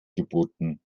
geboten